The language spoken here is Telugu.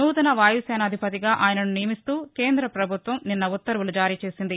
నూతన వాయు సేనాధిపతిగా ఆయనను నియమిస్తూ కేంద పభుత్వం నిన్న ఉత్తర్వులు జారీ చేసింది